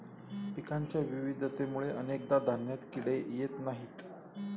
पिकांच्या विविधतेमुळे अनेकदा धान्यात किडे येत नाहीत